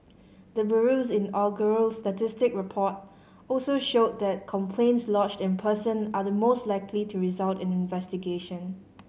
the bureau's inaugural statistic report also showed that complaints lodged in person are the most likely to result in investigation